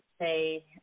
say